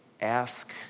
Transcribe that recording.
ask